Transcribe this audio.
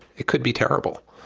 it could be terrible.